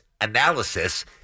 analysis